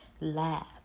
laugh